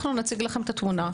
נציג לכם את התמונה.